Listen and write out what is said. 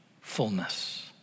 fullness